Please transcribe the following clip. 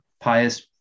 pious